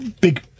big